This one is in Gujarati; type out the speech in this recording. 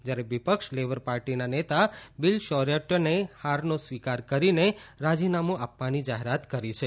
જયારે વિપક્ષ લેબર પાર્ટીના નેતા બીલ શોરટેને હારનો સ્વીકાર કરીને રાજીનામું આપવાની જાહેરાત કરી હતી